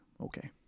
okay